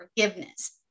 forgiveness